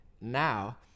now